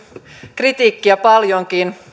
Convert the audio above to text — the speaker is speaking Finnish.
kritiikkiä paljonkin